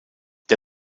der